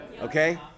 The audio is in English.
okay